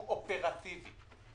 משהו אופרטיבי,